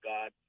God